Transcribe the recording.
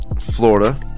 Florida